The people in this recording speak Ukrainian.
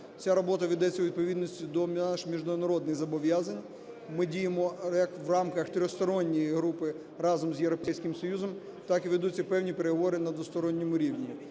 Ця робота ведеться у відповідності до наших міжнародних зобов'язань, ми діємо в рамках Тристоронньої групи разом з Європейським Союзом, так і ведуться певні переговори на двосторонньому рівні.